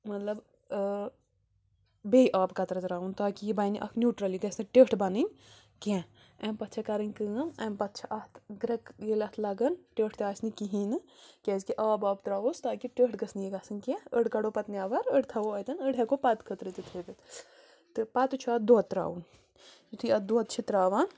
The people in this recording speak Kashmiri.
مطلب بیٚیہِ آب قطرٕ تراوُن تاکہِ یہِ بَنہِ نیوٹرل یہِ گَژھِ نہٕ ٹیٕٹھ بَنٛنٕۍ کیٚنہہ اَمہِ پَتہٕ چھےٚ کَرٕنۍ کٲم اَمہِ پَتہٕ چھِ اَتھ گرکہٕ ییٚلہِ اَتھ لَگَن ٹیٕٹھ تہِ آسہِ نہٕ کِہیٖنۍ نہٕ کیٛازِ کہِ آب واب تراوٕ ہوس تاکہِ ٹیٕٹھ گٔژھ نہٕ یہِ گَژھٕنۍ کیٚنہہ أڑ کَڑَو پتہٕ نٮ۪بَر أڑ تھاوَو اَتٮ۪ن أڑ ہٮ۪کَو پَتہٕ خٲطرٕ تہِ تھٲوِتھ تہٕ پَتہٕ چھُ اَتھ دۄد تراوُن یُتھٕے اَتھ دۄد چھِ تراوان